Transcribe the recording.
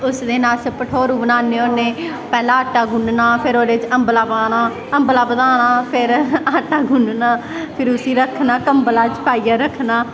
उस दिन अस भठोरू बनान्ने होन्ने पैह्लें आटा गुन्नना फिर ओह्दे च अम्बला पाना अम्बला बधाना फिर आटा गुन्नना फिर उसी रक्खना कंबला च पाईयै रक्खना